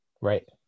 Right